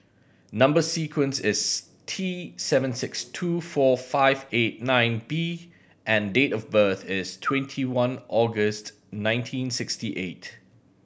number sequence is T seven six two four five eight nine B and date of birth is twenty one August nineteen sixty eight